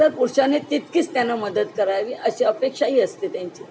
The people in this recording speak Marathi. तर पुरुषांनी तितकीच त्यांना मदत करावी अशी अपेक्षाही असते त्यांची